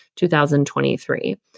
2023